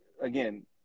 again